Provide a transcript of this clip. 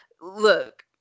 look